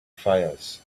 fires